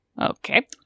Okay